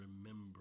Remember